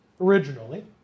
Originally